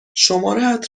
شمارهات